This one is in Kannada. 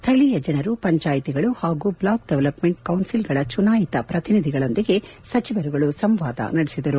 ಸ್ನಳೀಯ ಜನರು ಪಂಚಾಯತಿಗಳು ಹಾಗೂ ಬ್ಲಾಕ್ ಡೆವಲ್ಪಮೆಂಟ್ ಕೌನ್ವಿಲ್ಗಳ ಚುನಾಯಿತ ಪ್ರತಿನಿಧಿಗಳೊಂದಿಗೆ ಸಚಿವರು ಸಂವಾದ ನಡೆಸಿದರು